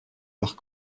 leurs